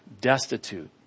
destitute